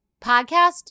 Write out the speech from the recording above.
podcast